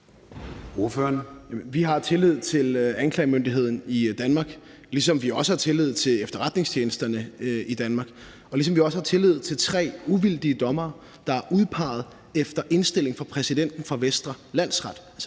Vi har tillid til anklagemyndigheden i Danmark, ligesom vi også har tillid til efterretningstjenesterne i Danmark, og ligesom vi også har tillid til tre uvildige dommere, der er udpeget efter indstilling fra præsidenten for Vestre Landsret